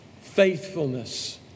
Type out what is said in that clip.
faithfulness